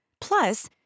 Plus